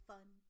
Fun